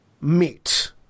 meet